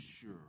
sure